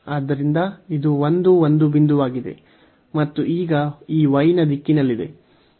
ಆದ್ದರಿಂದ ಇದು 11 ಬಿಂದುವಾಗಿದೆ ಮತ್ತು ಈಗ ಈ y ನ ದಿಕ್ಕಿನಲ್ಲಿದೆ